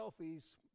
selfies